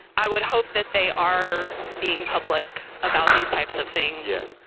i would hope that they are being public about these types of things. yeah.